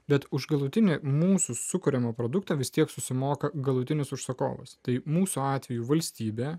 bet už galutinį mūsų sukuriamą produktą vis tiek susimoka galutinius užsakovus tai mūsų atveju valstybę